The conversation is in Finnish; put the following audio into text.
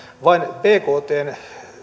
vain suhteutetaan bktn